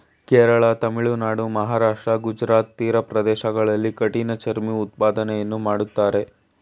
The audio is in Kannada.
ಕೇರಳ, ತಮಿಳುನಾಡು, ಮಹಾರಾಷ್ಟ್ರ, ಗುಜರಾತ್ ತೀರ ಪ್ರದೇಶಗಳಲ್ಲಿ ಕಠಿಣ ಚರ್ಮಿ ಉತ್ಪಾದನೆಯನ್ನು ಮಾಡ್ತರೆ